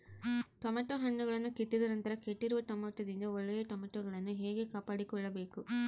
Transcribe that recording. Tomato ಹಣ್ಣುಗಳನ್ನು ಕಿತ್ತಿದ ನಂತರ ಕೆಟ್ಟಿರುವ ಟೊಮೆಟೊದಿಂದ ಒಳ್ಳೆಯ ಟೊಮೆಟೊಗಳನ್ನು ಹೇಗೆ ಕಾಪಾಡಿಕೊಳ್ಳಬೇಕು?